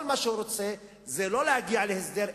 כל מה שהוא רוצה זה לא להגיע להסדר,